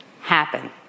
happen